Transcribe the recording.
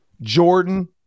Jordan